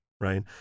right